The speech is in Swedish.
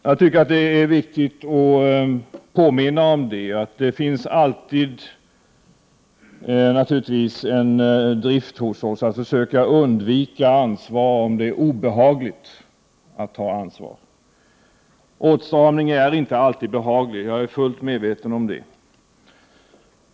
Jag tycker att det är viktigt att påminna om att det alltid finns en drift hos oss att försöka undvika ansvar, om det är obehagligt att ta ansvar. Åtstramning är inte alltid behaglig, jag är fullt medveten om det.